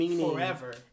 forever